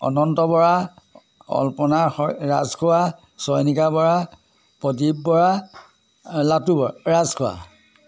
অনন্ত বৰা অল্পনা শ ৰাজখোৱা চয়নিকা বৰা প্ৰদীপ বৰা লাতু বৰা ৰাজখোৱা